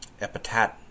Epitaph